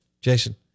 Jason